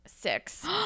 Six